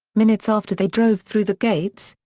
minutes after they drove through the gates,